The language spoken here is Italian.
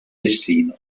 destino